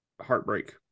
heartbreak